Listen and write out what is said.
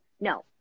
no